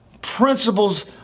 principles